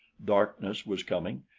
darkness was coming,